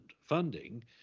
funding